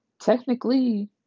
Technically